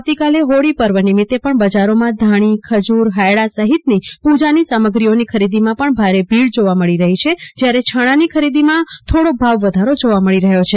આવતીકાલે હોળી પર્વ નિમિત્તે પણ બજારોમાં ધાણી ખજુર હયદા સહિતની પૂજાની સામગ્રીઓની ખરીદીમાં પણ ભારે ભીડ જોવા મળી રહી છે જયારે છાણાની ખરીદીમાં થોડો ભાવ વધારો જોવા મળી રહ્યો છે